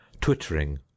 twittering